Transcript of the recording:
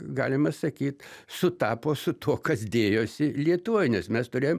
galima sakyt sutapo su tuo kas dėjosi lietuvoj nes mes turėjom